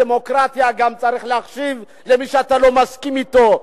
בדמוקרטיה גם צריך להקשיב למי שאתה לא מסכים אתו.